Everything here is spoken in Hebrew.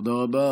תודה רבה.